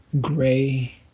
gray